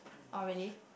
orh really